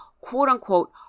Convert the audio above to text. quote-unquote